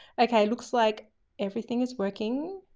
okay. it looks like everything is working.